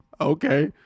Okay